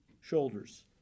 shoulders